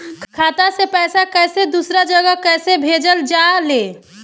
खाता से पैसा कैसे दूसरा जगह कैसे भेजल जा ले?